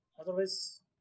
otherwise